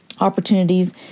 opportunities